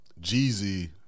Jeezy